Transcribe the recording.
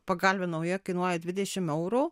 pagalvė nauja kainuoja dvidešim eurų